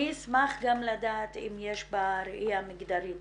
אני אשמח גם לדעת אם יש ראייה מגדרית